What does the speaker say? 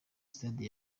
stade